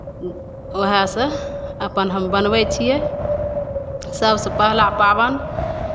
उएहसँ अपन हम बनबै छियै सभसँ पहिला पाबनि